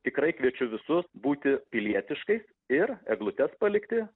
tikrai kviečiu visus būti pilietiškais ir eglutes palikti